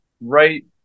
right